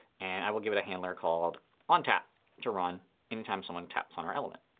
and i will give it a handler called ontap to run any time someone taps on our element.